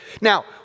Now